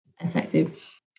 effective